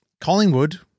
Collingwood-